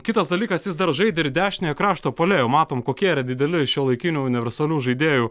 kitas dalykas jis dar žaidė ir dešiniojo krašto puolėju matom kokie yra dideli šiuolaikinių universalių žaidėjų